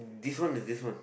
this one and this one